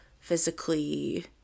physically